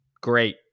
great